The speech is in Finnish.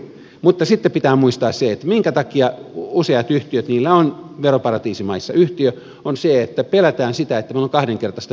mutta sitten pitää muistaa että syy minkä takia useilla yhtiöillä on veroparatiisimaissa yhtiö on se että pelätään sitä että meillä on kahdenkertaista verotusta